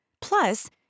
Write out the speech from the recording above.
Plus